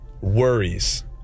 worries